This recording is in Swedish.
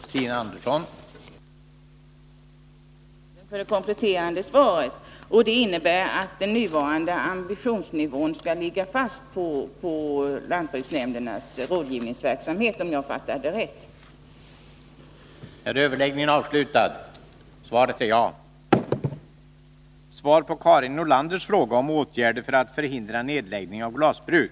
Herr talman! Jag får tacka jordbruksministern för det kompletterande svaret. Det innebär, om jag fattade det rätt, att den nuvarande ambitionsnivån när det gäller lantbruksnämndernas rådgivningsverksamhet skall ligga fast. att förhindra nedläggning av glasbruk